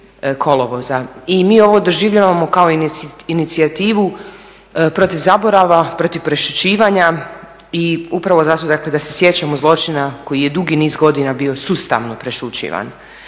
I mi ovo doživljavamo kao inicijativu protiv zaborava, protiv prešućivanja i upravo zato dakle da se sjećamo zločina koji je dugi niz godina bio sustavno prešućivan.